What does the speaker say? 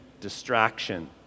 distraction